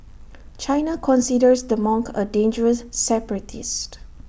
China considers the monk A dangerous separatist